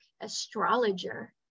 astrologer